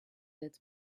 its